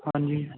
ਹਾਂਜੀ